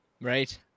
Right